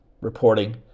reporting